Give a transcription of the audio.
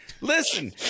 Listen